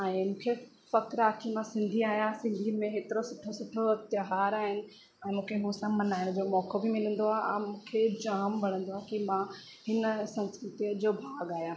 ऐं मूंखे फ़कुरु आहे की मां सिंधी आहियां सिंधयुनि में एतिरो सुठो सुठो त्योहार आहिनि ऐं मूंखे हो सभु मल्हाइण जो मौक़ो बि मिलंदो आहे ऐं मूंखे जाम वणंदो आहे की मां हिन संस्कृतीअ जो भाॻ आहियां